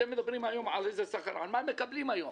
אתם מדברים על השכר, מה הם מקבלים היום?